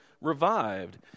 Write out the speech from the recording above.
revived